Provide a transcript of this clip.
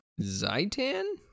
Zaitan